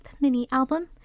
mini-album